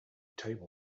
table